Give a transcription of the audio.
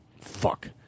Fuck